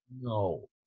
No